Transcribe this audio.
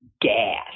gas